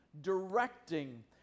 directing